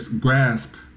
grasp